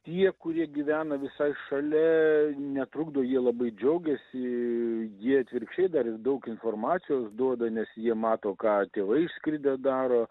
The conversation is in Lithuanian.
tie kurie gyvena visai šalia netrukdo jie labai džiaugiasi jie atvirkščiai dar ir daug informacijos duoda nes jie mato ką tėvai išskridę daro